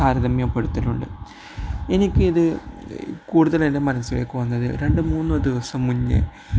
താരതമ്യപ്പെടുത്തിട്ടുണ്ട് എനിക്കിത് കൂടുതല് എൻ്റെ മനസ്സിലേക്ക് വന്നത് രണ്ട് മൂന്ന് ദിവസം മുമ്പ്